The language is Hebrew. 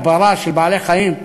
הדברה של בעלי-חיים,